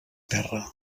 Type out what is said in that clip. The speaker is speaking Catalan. terra